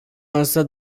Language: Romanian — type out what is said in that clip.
însă